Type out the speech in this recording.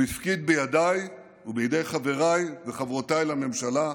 הוא הפקיד בידיי ובידי חבריי וחברותיי לממשלה,